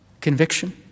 conviction